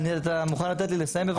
אתה מוכן לתת לי לסיים, בבקשה?